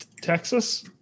Texas